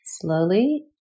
Slowly